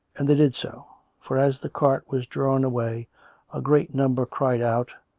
and they did so for as the cart was drawn away a great number cried out,